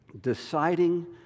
deciding